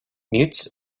mutes